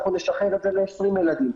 אנחנו נשחרר את זה ל-20 ילדים.